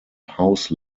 house